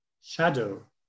shadow